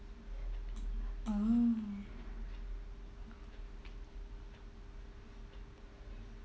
oh